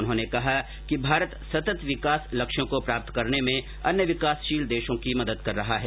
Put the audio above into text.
उन्होंने कहा कि भारत सतत् विकास लक्ष्यों को प्राप्त करने में अन्य विकासशील देशों की मदद भी कर रहा है